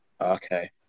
Okay